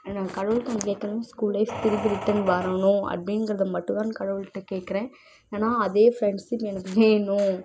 ஆ நான் கடவுள்கிட்ட ஒன்று கேட்கணும் ஸ்கூல் லைஃப் திருப்பி ரிட்டர்ன் வரணும் அப்படிங்கிறத மட்டுந்தான் அந்த கடவுள்கிட்ட கேட்குறேன் ஏன்னா அதே ஃப்ரெண்ட்ஷிப் எனக்கு வேணும்